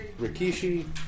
Rikishi